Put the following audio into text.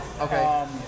okay